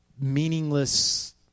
meaningless